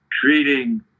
treating